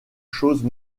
choses